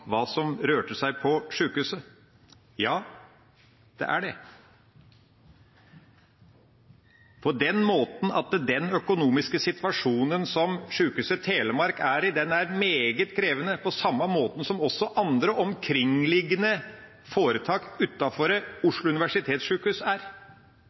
hva som rørte seg på sjukehuset. Ja, det er den – på den måten at den økonomiske situasjonen som Sykehuset Telemark er i, er meget krevende, på samme måte som den også er i andre omkringliggende foretak